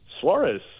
Suarez –